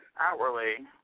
outwardly